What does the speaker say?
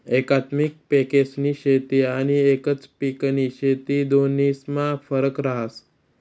एकात्मिक पिकेस्नी शेती आनी एकच पिकनी शेती दोन्हीस्मा फरक रहास